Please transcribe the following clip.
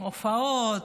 הופעות,